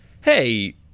hey